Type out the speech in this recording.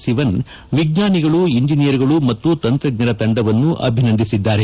ಸಿವನ್ ವಿಜ್ಞಾನಿಗಳು ಇಂಜಿನಿಯರ್ಗಳು ಮತ್ತು ತಂತ್ರಜ್ಞರ ತಂಡವನ್ನು ಅಭಿನಂದಿಸಿದ್ದಾರೆ